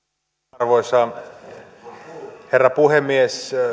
arvoisa herra puhemies